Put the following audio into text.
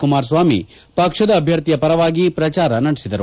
ಕುಮಾರಸ್ವಾಮಿ ಪಕ್ಷದ ಅಭ್ಣರ್ಥಿಯ ಪರವಾಗಿ ಪ್ರಚಾರ ನಡೆಸಿದರು